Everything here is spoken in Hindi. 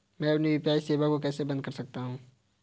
मैं अपनी यू.पी.आई सेवा को कैसे बंद कर सकता हूँ?